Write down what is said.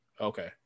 Okay